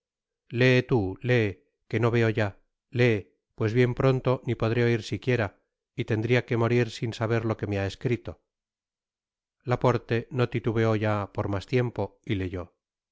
tú lee que no veo ya lee pues bien pronto ni podré oir siquiera y tendría que morir sin saber lo que me ha escrito lpaorte no titubeó ya por mas tiempo y leyó